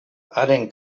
haren